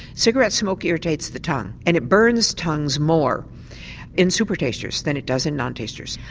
cigarette smoke irritates the tongue and it burns tongues more in supertasters than it does in non-tasters.